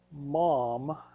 mom